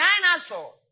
dinosaur